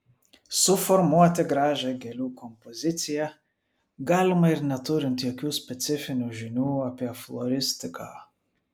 suformuoti gražią gėlių kompoziciją galima ir neturint jokių specifinių žinių apie floristiką